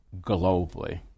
globally